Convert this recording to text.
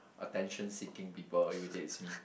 attention seeking people irritates me